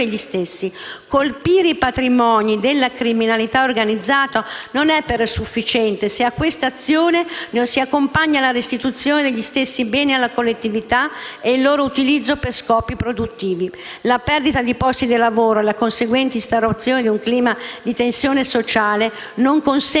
Colpire i patrimoni della criminalità organizzata non è però sufficiente se a quest'azione non si accompagna la restituzione degli stessi beni alla collettività e il loro utilizzo per scopi produttivi. La perdita di posti di lavoro e la conseguente instaurazione di un clima di tensione sociale non consentono un contrasto